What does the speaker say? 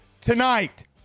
tonight